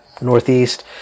Northeast